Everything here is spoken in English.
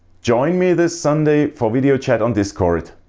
join me this sunday for video chat on discord,